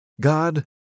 God